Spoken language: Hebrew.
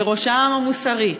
ובראשן המוסרית,